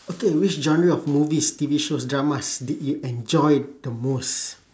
okay which genre of movies T_V shows dramas do you enjoy the most